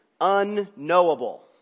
unknowable